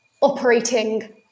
operating